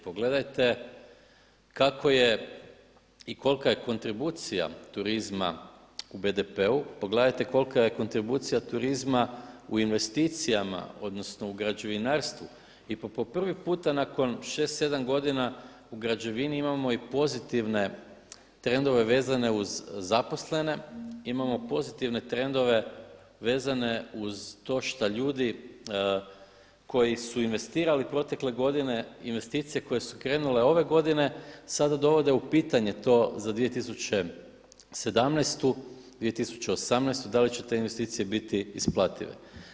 Pogledajte kako je i kolika je kontribucija turizma u BDP-u, pogledajte kolika je kontribucija turizma u investicijama, odnosno u građevinarstvu i po prvi puta nakon 6, 7 godina u građevini imamo i pozitivne trendove vezane uz zaposlene, imamo pozitivne trendove vezane uz to šta ljudi koji su investirali protekle godine investicije koje su krenule ove godine sada dovode u pitanje to za 2017., 2018. da li će te investicije biti isplative.